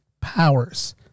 powers